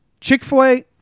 Chick-fil-A